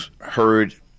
heard